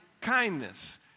kindness